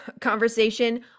conversation